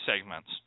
segments